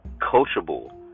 Coachable